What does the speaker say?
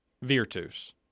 Virtus